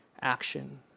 action